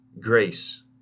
grace